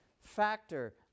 factor